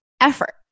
effort